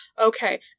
okay